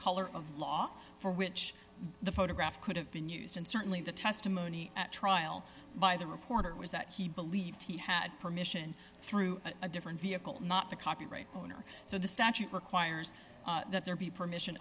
color of law for which the photograph could have been used and certainly the testimony at trial by the reporter was that he believed he had permission through a different vehicle not the copyright owner so the statute requires that there be permission